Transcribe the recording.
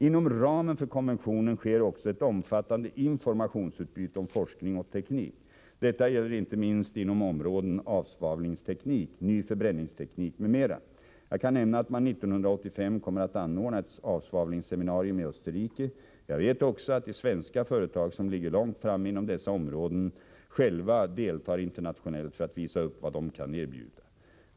Inom ramen för konventionen sker också ett omfattande informationsutbyte om forskning och teknik. Detta gäller inte minst inom områdena avsvavlingsteknik, ny förbränningsteknik m.m. Jag kan nämna att man 1985 kommer att anordna ett avsvavlingsseminarium i Österrike. Jag vet också att de svenska företag som ligger långt framme inom dessa områden själva deltar internationellt för att visa upp vad de kan erbjuda.